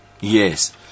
yes